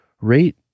Rate